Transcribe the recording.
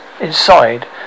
Inside